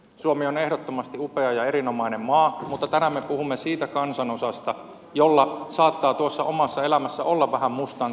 suomi on ehdottomasti upea ja erinomainen maa mutta tänään me puhumme siitä kansanosasta jolla saattaa tuossa omassa elämässä olla vähän mustankin sävyjä